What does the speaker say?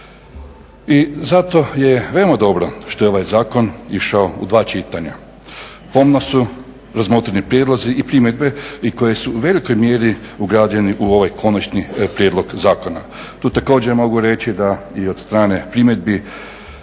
I zato je veoma dobro što je ovaj zakon išao u dva čitanja. Pomno su razmotreni prijedlozi i primjedbe koje su u velikoj mjeri ugrađeni u ovaj konačni prijedlog zakona. Tu također mogu reći da i od strane primjedbi,